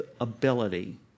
ability